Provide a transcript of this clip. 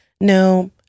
No